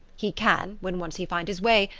he can, when once he find his way,